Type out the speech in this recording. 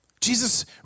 Jesus